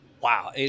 wow